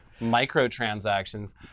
microtransactions